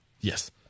Yes